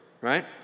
right